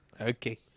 okay